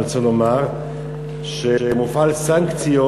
אני רוצה לומר שמופעלות סנקציות,